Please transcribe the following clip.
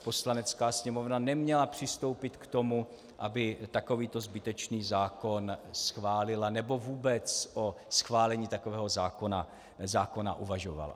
Poslanecká sněmovna neměla přistoupit k tomu, aby takovýto zbytečný zákon schválila nebo vůbec o schválení takového zákona uvažovala.